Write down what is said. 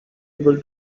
able